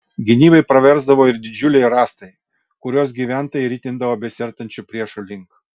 gynybai praversdavo ir didžiuliai rąstai kuriuos gyventojai ritindavo besiartinančių priešų link